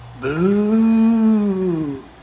Boo